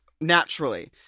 naturally